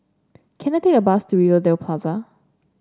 can I take a bus to Rivervale Plaza